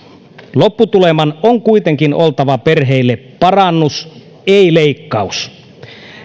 lopputuleman on kuitenkin oltava perheille parannus ei leikkaus